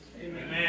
Amen